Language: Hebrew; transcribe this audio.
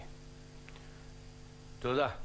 תודה.